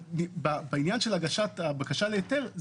בעניין של הגשת הבקשה להיתר,